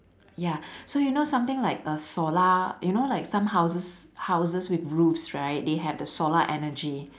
ya so you know something like err solar you know like some houses houses with roofs right they have the solar energy